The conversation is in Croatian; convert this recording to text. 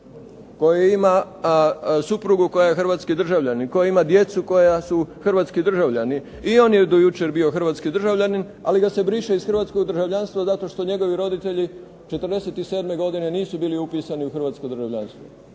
koji ima suprugu koja je hrvatski državljanin, koja ima djecu koja su hrvatski državljani, i on je do jučer bio hrvatski državljanin, ali ga se briše iz hrvatskog državljanstva zato što njegovi roditelji '47. godine nisu bili upisani u hrvatsko državljanstvo.